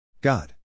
God